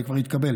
זה כבר התקבל,